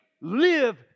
live